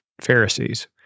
Pharisees